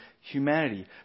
humanity